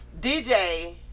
DJ